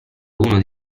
uno